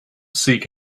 seek